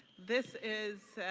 this is